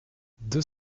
deux